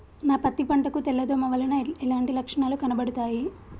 నా పత్తి పంట కు తెల్ల దోమ వలన ఎలాంటి లక్షణాలు కనబడుతాయి?